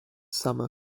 summer